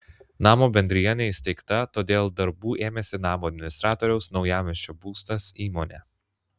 namo bendrija neįsteigta todėl darbų ėmėsi namo administratoriaus naujamiesčio būstas įmonė